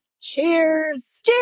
cheers